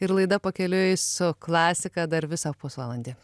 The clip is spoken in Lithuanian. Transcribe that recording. ir laida pakeliui su klasika dar visą pusvalandį